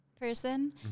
person